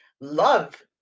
love